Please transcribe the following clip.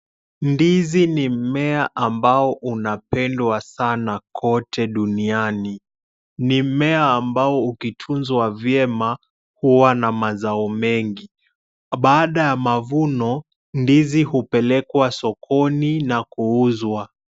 Ndizi ni mmea ambao unapendwa sana kote duniani, ni mmea ambao ukitunzwa vyema huwa na mazao mengi. Baada ya mavuno, ndizi hupelekwa sokoni na kuuzwa.